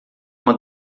uma